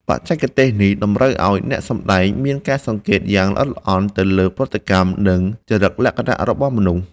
បច្ចេកទេសនេះតម្រូវឱ្យអ្នកសម្តែងមានការសង្កេតយ៉ាងល្អិតល្អន់ទៅលើប្រតិកម្ម និង ចរិតលក្ខណៈរបស់មនុស្ស។